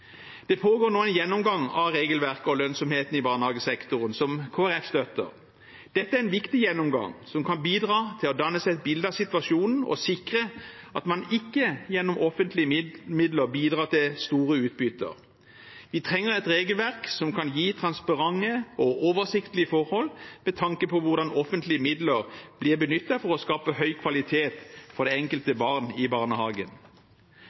Det pågår nå en gjennomgang av regelverket og lønnsomheten i barnehagesektoren som Kristelig Folkeparti støtter. Dette er en viktig gjennomgang, som kan bidra til å danne et bilde av situasjonen og sikre at man ikke gjennom offentlige midler bidrar til store utbytter. Vi trenger et regelverk som kan gi transparente og oversiktlige forhold, med tanke på hvordan offentlige midler blir benyttet for å skape høy kvalitet for det enkelte barn i barnehagen.